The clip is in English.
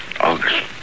August